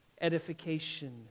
edification